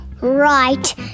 right